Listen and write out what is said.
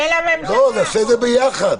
לא, נעשה את זה ביחד.